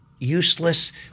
useless